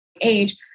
age